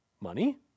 Money